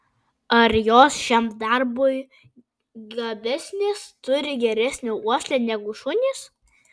ar jos šiam darbui gabesnės turi geresnę uoslę negu šunys